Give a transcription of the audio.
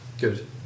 Good